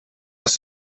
dass